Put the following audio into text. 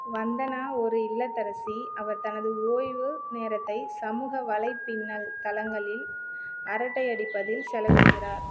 வந்தனா ஒரு இல்லத்தரசி அவர் தனது ஓய்வு நேரத்தை சமூக வலைப்பின்னல் தளங்களில் அரட்டையடிப்பதில் செலவிடுகிறார்